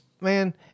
man